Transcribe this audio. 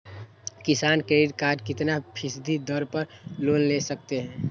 किसान credit card कितना फीसदी दर पर लोन ले सकते हैं?